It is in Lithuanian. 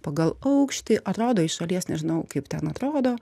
pagal aukštį atrodo iš šalies nežinau kaip ten atrodo